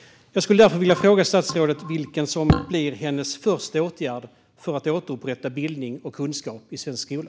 Jag skulle vilja därför vilja fråga statsrådet: Vilken blir hennes första åtgärd för att återupprätta bildning och kunskap i svensk skola?